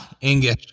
English